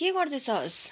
के गर्दैछस्